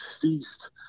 feast